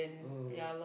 mm